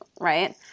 right